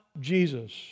Jesus